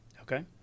Okay